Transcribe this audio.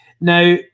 Now